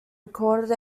recorded